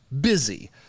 busy